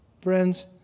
Friends